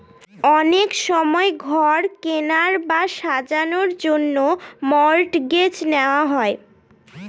অনেক সময় ঘর কেনার বা সারানোর জন্য মর্টগেজ নেওয়া হয়